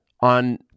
On